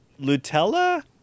Lutella